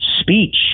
speech